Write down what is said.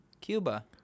Cuba